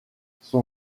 son